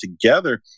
together